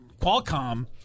Qualcomm